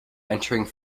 entering